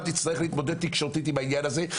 היא תצטרך להתמודד תקשורתית עם העניין הזה.